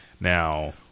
Now –